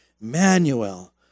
Manuel